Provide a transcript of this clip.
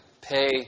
pay